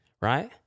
Right